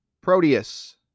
Proteus